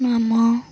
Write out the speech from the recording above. ନାମ